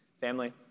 Family